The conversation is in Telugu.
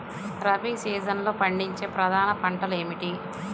రబీ సీజన్లో పండించే ప్రధాన పంటలు ఏమిటీ?